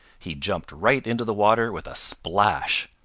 he jumped right into the water with a splash.